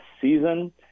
season